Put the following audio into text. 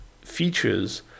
features